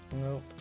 nope